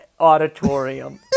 auditorium